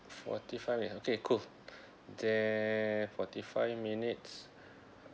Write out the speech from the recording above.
forty five minutes okay cool there forty five minutes